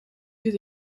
zit